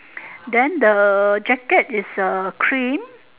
then the jacket is uh cream